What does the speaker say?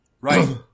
right